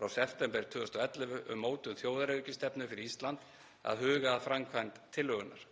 frá september 2011 um mótun þjóðaröryggisstefnu fyrir Ísland að huga að framkvæmd tillögunnar.